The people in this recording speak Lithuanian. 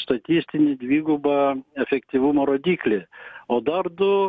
statistinį dvigubą efektyvumo rodiklį o dar du